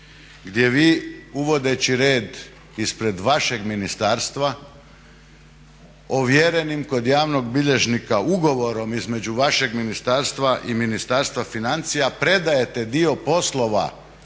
gdje vi uvodeći red ispred vašeg ministarstva ovjerenim kod javnog bilježnika ugovorom između vašeg ministarstva i Ministarstva financija predajete dio poslova